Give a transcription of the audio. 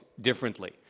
differently